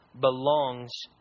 belongs